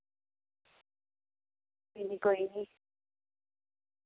कोई निं कोई निं